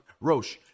Roche